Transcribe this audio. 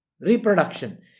reproduction